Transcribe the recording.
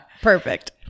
Perfect